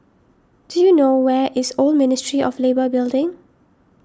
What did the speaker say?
do you know where is Old Ministry of Labour Building